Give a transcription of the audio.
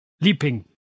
leaping